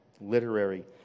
literary